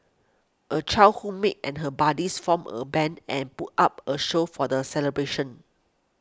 a childhood mate and her buddies formed a band and put up a show for the celebration